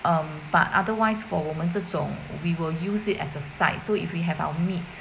um but otherwise for 我们这种 we will use it as a side so if we have our meat